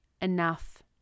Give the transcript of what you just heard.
enough